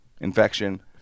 infection